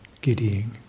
Giddying